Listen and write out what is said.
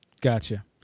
Gotcha